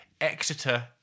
Exeter